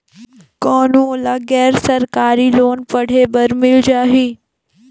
कौन मोला गैर सरकारी लोन पढ़े बर मिल जाहि?